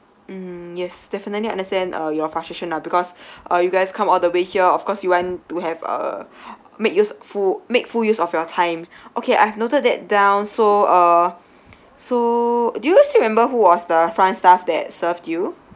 mm yes definitely I understand uh your frustration ah because uh you guys come all the way here of course you want to have uh make use full make full use of your time okay I have noted that down so uh so do you still remember who was the front staff that served you